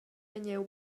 vegniu